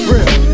Real